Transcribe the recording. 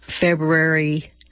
February